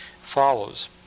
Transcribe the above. follows